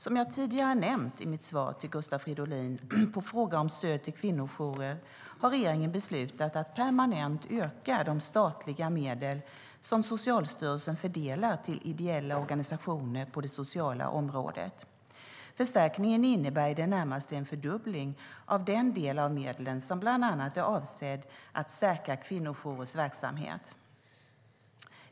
Som jag tidigare nämnt i mitt svar till Gustav Fridolin på fråga om stöd till kvinnojourer har regeringen beslutat att permanent öka de statliga medel som Socialstyrelsen fördelar till ideella organisationer på det sociala området. Förstärkningen innebär i det närmaste en fördubbling av den del av medlen som bland annat är avsedd att stärka kvinnojourernas verksamhet.